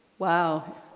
wow